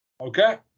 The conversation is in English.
Okay